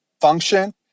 function